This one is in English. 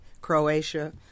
Croatia